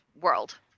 world